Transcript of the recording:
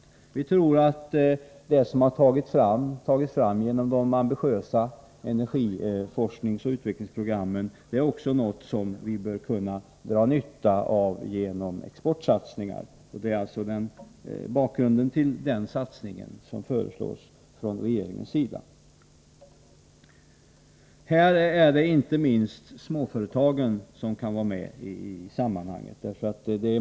Jag tror att det som har kommit fram genom de ambitiösa energiforskningsoch utvecklingsprogrammen också är något som vi bör kunna dra nytta av genom exportsatsningar. Detta är alltså bakgrunden till den satsning regeringen föreslår på detta område. Inte minst i detta sammanhang kan småföretagen vara med.